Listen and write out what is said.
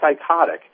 psychotic